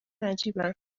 نجیبن